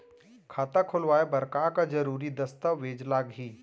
खाता खोलवाय बर का का जरूरी दस्तावेज लागही?